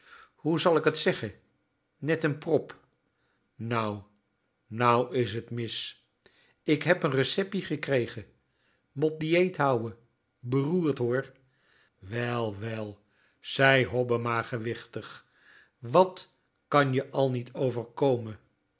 hoe zal k t zeggen net n prop nou nou is t mis k heb n receppie gekregen mot diëet houen beroerd hoor wel wel zei hobbema gewichtig wat kan je al niet overkommen